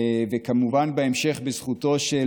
וכמובן בהמשך בזכותו של